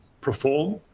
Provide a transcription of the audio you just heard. perform